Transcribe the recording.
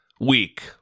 week